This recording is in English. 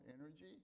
energy